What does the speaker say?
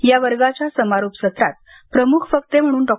या वर्गांच्या समारोप सत्रात प्रमुख वक्ते म्हणून डॉ